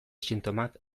sintomak